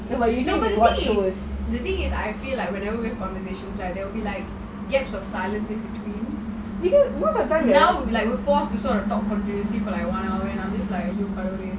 but I think can watch show most of the time